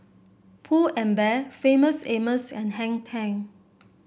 Pull and Bear Famous Amos and Hang Ten